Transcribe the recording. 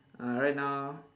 uh right now